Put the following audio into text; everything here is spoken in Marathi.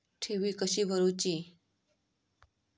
ठेवी कशी भरूची?